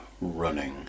running